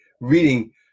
reading